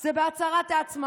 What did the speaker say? אל תפחדו מהדברים